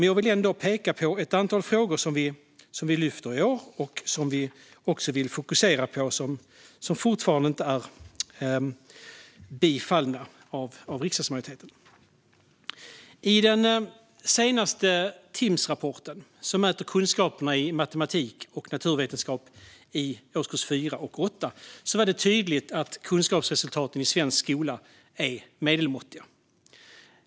Jag vill dock peka på ett antal frågor som vi lyfter fram och vill fokusera på och som fortfarande inte har bifallits av riksdagen. I den senaste Timssrapporten, som mäter kunskaperna i matematik och naturvetenskap i årskurserna 4 och 8, var det tydligt att kunskapsresultaten i svensk skola är medelmåttiga.